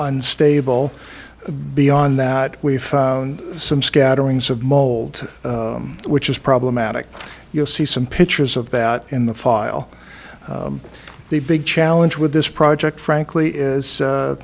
unstable beyond that we found some scatterings of mold which is problematic you'll see some pictures of that in the file the big challenge with this project frankly is